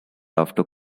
after